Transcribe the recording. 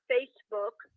Facebook